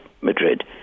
Madrid